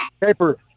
Paper